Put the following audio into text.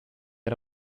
era